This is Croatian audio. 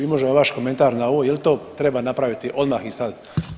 I može jedan vaš komentar na ovo jel to treba napraviti odmah i sad.